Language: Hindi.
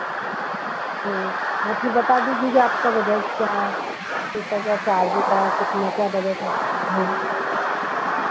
हाँ और फिर बता दीजिए कि आपका बजट क्या है कैसा क्या चार्जेज़ है और कितना क्या बजट है हाँ